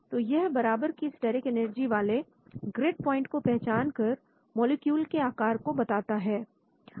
तो यह बराबर की स्टेरिक एनर्जी वाले ग्रिड प्वाइंट को पहचान कर मॉलिक्यूल के आकार को बताता है